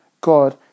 God